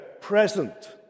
present